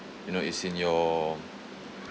you know it's in your